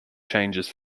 changes